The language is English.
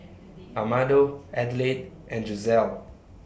Amado Adelaide and Giselle